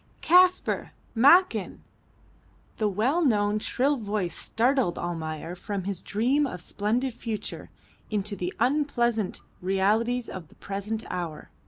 kaspar! makan! the well-known shrill voice startled almayer from his dream of splendid future into the unpleasant realities of the present hour.